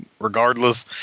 regardless